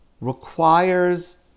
requires